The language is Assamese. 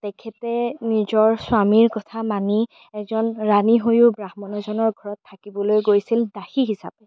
তেখেতে নিজৰ স্বামীৰ কথা মানি এজন ৰাণী হৈয়ো ব্ৰাহ্মণৰ এজনৰ ঘৰত থাকিবলৈ গৈছিল দাসী হিচাপে